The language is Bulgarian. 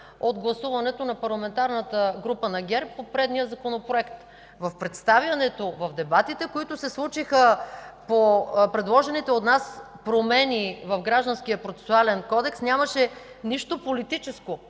от гласуването на Парламентарната група на ГЕРБ по предния Законопроект. В представянето, в дебатите, които се случиха по предложените от нас промени в Гражданския процесуален кодекс, нямаше нищо политическо,